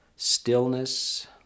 Stillness